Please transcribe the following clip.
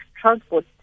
transport